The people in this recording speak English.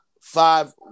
five